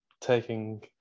taking